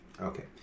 okay